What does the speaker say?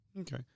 Okay